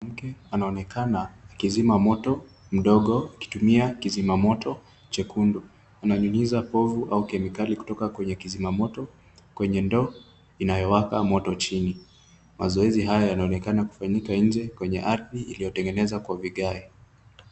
Anaonekana akizima moto mdogo akitumia kizimamoto chekundu. Ananyunyiza povu au kemikali kutoka kwenye kizima moto kwenye ndoo inayowaka moto chini. Mazoezi haya yanaonekana kufanyika nje kwenye ardhi iliyotengenezwa kwa vigae.